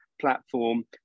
platform